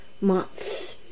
months